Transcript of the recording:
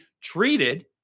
treated